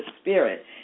spirit